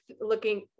looking